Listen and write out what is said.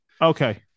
Okay